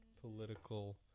political